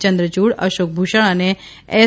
ચંદ્રયુડ અશોક ભૂષણ અને એસ